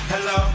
Hello